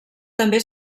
també